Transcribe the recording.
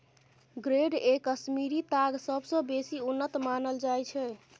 grade A Kashmiri ताग सबसँ बेसी उन्नत मानल जाइ छै